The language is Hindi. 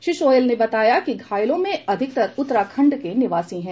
श्री सोहैल ने बताया कि घायलों में अधिकतर उत्तराखंड के निवासी हैं